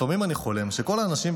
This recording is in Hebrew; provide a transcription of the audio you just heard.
לפעמים אני חולם שכל האנשים,